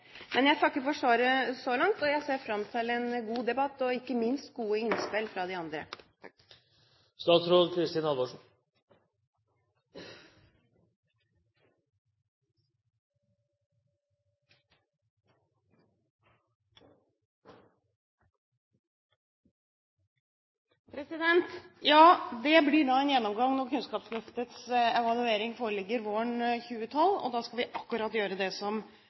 Jeg takker for svaret så langt, og jeg ser fram til en god debatt og ikke minst til gode innspill fra de andre. Ja, det blir en gjennomgang når Kunnskapsløftets evaluering foreligger våren 2012. Da skal vi gjøre akkurat det som representanten her er inne på. Jeg er også veldig enig i det